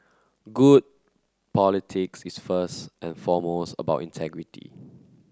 good politics is first and foremost about integrity